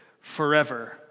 forever